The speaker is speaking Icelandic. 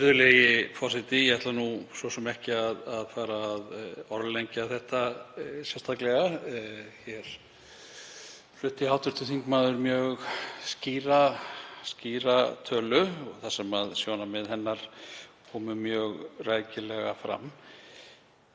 SPEECH_BEGIN Virðulegi forseti. Ég ætla nú svo sem ekki að fara að orðlengja þetta sérstaklega. Hér flutti hv. þingmaður mjög skýra tölu þar sem sjónarmið hennar komu mjög rækilega fram.